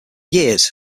years